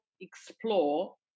explore